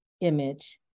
image